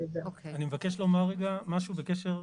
אני מבקש לומר רגע משהו בקשר,